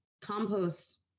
compost